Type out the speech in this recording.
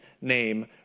name